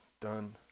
done